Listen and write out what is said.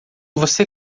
você